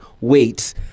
wait